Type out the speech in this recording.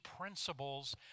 principles